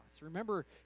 Remember